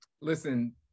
listen